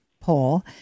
poll